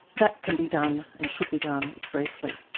that can be done and should be done briefly.